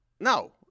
No